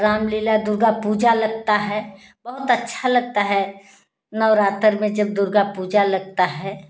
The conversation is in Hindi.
रामलीला दुर्गा पूजा लगता है बहुत अच्छा लगता है नवरात्र में जब दुर्गा पूजा लगता है